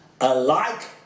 alike